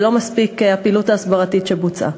ולא מספיקה הפעילות ההסברתית שבוצעה.